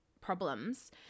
problems